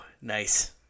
nice